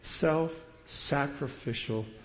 Self-sacrificial